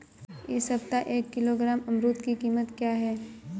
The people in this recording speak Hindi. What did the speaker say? इस सप्ताह एक किलोग्राम अमरूद की कीमत क्या है?